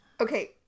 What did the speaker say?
Okay